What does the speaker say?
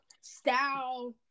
style